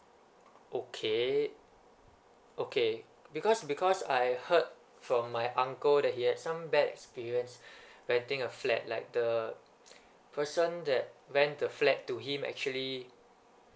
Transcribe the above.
okay okay because because I heard from my uncle that he had some bad experience renting a flat like the person that rent the flat to him actually